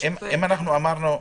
זה מה שאמור להיות.